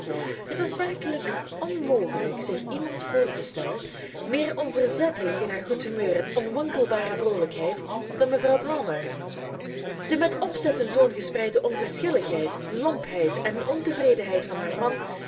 het was werkelijk onmogelijk zich iemand voor te stellen meer onverzettelijk in haar goed humeur en onwankelbare vroolijkheid dan mevrouw palmer de met opzet ten toon gespreide onverschilligheid lompheid en ontevredenheid van haar man